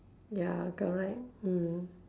ya correct mm